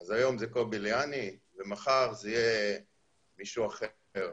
אז היום זה קובי ליאני ומחר זה יהיה מישהו אחר.